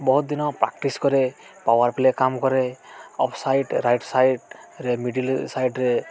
ବହୁତ ଦିନ ପ୍ରାକ୍ଟିସ କରେ ପାୱାର ପ୍ଲେ କାମ କରେ ଅଫ୍ ସାଇଡ଼୍ ରାଇଟ୍ ସାଇଡ଼ରେ ମିଡିଲ ସାଇଡ଼ରେ